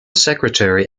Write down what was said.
secretary